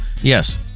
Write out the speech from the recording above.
yes